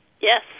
Yes